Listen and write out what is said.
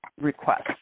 request